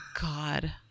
God